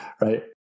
Right